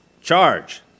charge